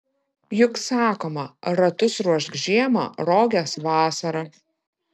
juk sakoma ratus ruošk žiemą roges vasarą